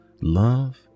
Love